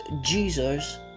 jesus